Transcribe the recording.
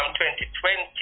2020